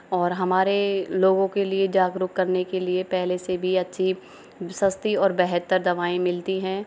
और हमारे लोगों के लिए जागरूक करने के लिए पहले से भी अच्छी सस्ती और बेहतर दवाएं मिलती हैं